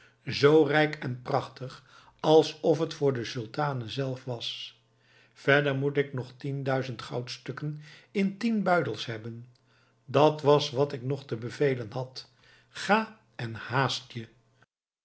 zoo rijk en prachtig alsof het voor de sultane zelve was verder moet ik nog tienduizend goudstukken in tien buidels hebben dat was wat ik nog te bevelen had ga en haast je